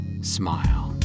smile